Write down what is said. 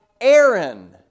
Aaron